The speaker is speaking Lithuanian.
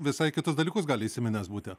visai kitus dalykus gali įsiminęs būti